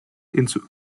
into